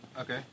okay